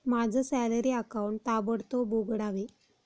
माझं salary account ताबडतोब उघडावे